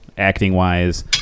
acting-wise